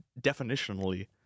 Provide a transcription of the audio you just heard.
definitionally